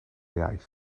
iaith